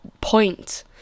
point